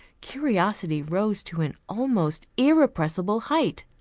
curiosity rose to an almost irrepressible height.